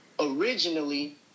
Originally